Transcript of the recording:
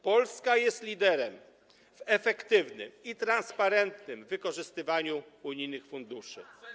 Polska jest liderem w efektywnym i transparentnym wykorzystywaniu unijnych funduszy.